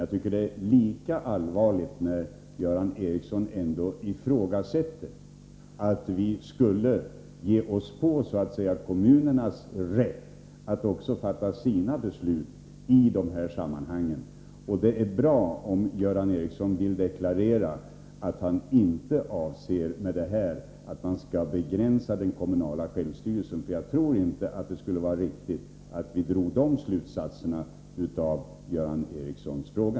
Jag tycker det är allvarligt när Göran Ericsson ifrågasätter att vi skulle ge oss på kommunernas rätt att fatta sina beslut i dessa sammanhang. Det är bra om Göran Ericsson vill deklarera att han inte avser att man skall begränsa den kommunala självstyrelsen — för jag tror inte att det skulle vara riktigt att dra den slutsatsen av Göran Ericssons fråga.